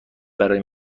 برای